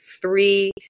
three